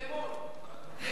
אי-אמון.